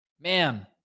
Man